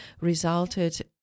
resulted